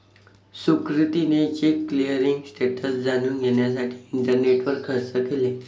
सुकृतीने cheque clearing status जाणून घेण्यासाठी इंटरनेटवर सर्च केले